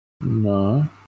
No